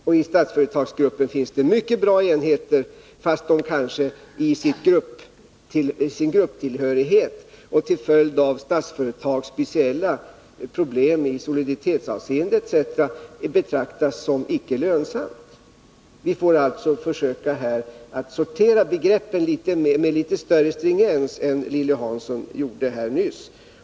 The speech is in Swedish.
Och i Statsföretagsgruppen finns det mycket bra enheter, fast de kanske i sin grupptillhörighet och till följd av Statsföretags speciella problem i soliditetsavseende etc. betraktas som icke lönsamma. Vi får alltså försöka sortera begreppen med litet större stringens än Lilly Hansson gjorde här nyss.